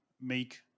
make